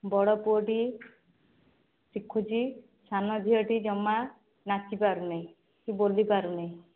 ବଡ଼ପୁଅଟି ଶିଖୁଛି ସାନ ଝିଅଟି ଜମା ନାଚିପାରୁନାହିଁ କି ବୋଲି ପାରୁନାହିଁ